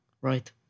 right